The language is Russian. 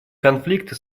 конфликты